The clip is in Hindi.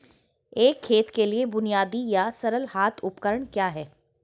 एक खेत के लिए बुनियादी या सरल हाथ उपकरण क्या हैं?